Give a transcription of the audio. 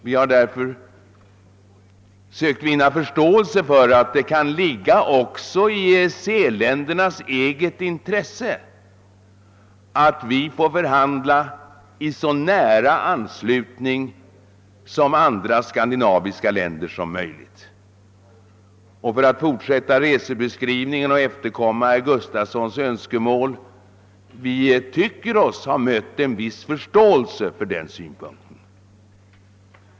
Vi har därför från svensk sida sökt vinna förståelse för att det kan ligga också i EEC-ländernas eget intresse att vi får förhandla i så nära anslutning som möjligt till förhandlingarna med de andra skandinaviska länderna. För att efterkomma herr Gustafsons i Göteborg önskemål och fortsätta resebeskrivningen vill jag säga att vi tycker oss ha mött en viss förståelse för denna synpunkt.